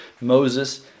Moses